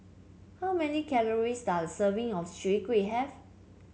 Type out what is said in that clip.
how many calories does a serving of Chai Kuih have